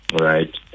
right